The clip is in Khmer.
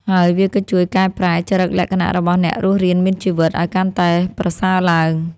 ហើយវាក៏ជួយកែប្រែចរិតលក្ខណៈរបស់អ្នករស់រានមានជីវិតឱ្យកាន់តែប្រសើរឡើង។